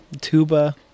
Tuba